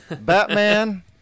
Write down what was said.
Batman